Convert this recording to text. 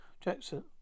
Jackson